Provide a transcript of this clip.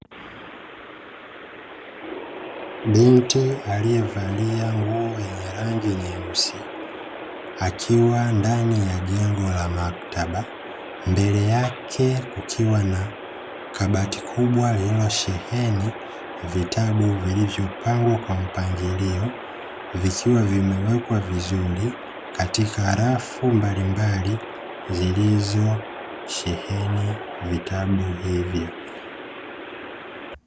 Binti alievalia nguo yenye rangi nyeusi, akiwa ndani ya jengo la maktaba mbele yake kukiwa na kabati kubwa lililosheheni vitabu vilivyopangwa kwa mpangilio vikiwa vimewekwa vizuri katika rafu mbalimbali zilizosheheni vitabu hivyo.